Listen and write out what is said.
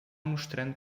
mostrando